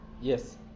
Yes